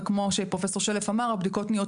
וכמו שפרופ' שלף אמר הבדיקות נהיות